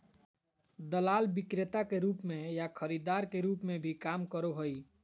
दलाल विक्रेता के रूप में या खरीदार के रूप में भी काम करो हइ